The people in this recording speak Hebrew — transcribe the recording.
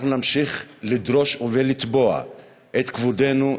אנחנו נמשיך לדרוש ולתבוע את כבודנו,